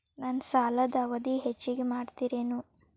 ನನ್ನ ಸಾಲದ ಅವಧಿ ಹೆಚ್ಚಿಗೆ ಮಾಡ್ತಿರೇನು?